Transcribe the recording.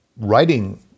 writing